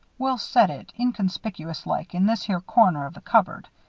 we'll set it, inconspicuous-like, in this here corner of the cupboard.